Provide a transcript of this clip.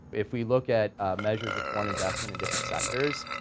if we look at measures of foreign investment in different sectors,